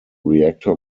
reactor